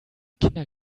kinder